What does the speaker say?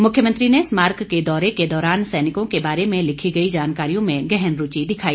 मुख्यमंत्री ने स्माराक के दौरे के दौरान सैनिकों के बारे में लिखी गई जानकारियों में गहन रूचि दिखाई